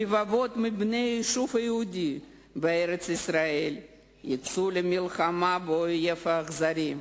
ורבבות מבני היישוב היהודי בארץ-ישראל יצאו למלחמה באויב האכזרי.